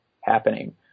happening